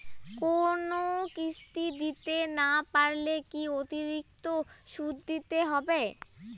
কোনো কিস্তি দিতে না পারলে কি অতিরিক্ত সুদ দিতে হবে?